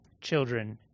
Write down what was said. children